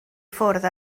ffwrdd